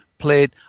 played